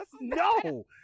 No